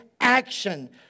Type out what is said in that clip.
Action